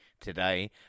today